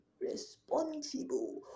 responsible